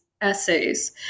essays